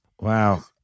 Wow